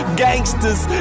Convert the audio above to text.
gangsters